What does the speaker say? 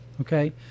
okay